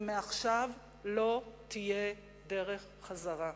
ומעכשיו לא תהיה דרך חזרה.